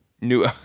New